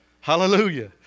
Hallelujah